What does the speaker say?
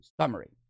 summary